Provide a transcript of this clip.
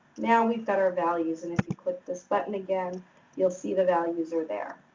now, we've got our values and if you click this button again you'll see the values are there.